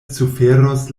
suferos